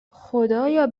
خدایا